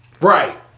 right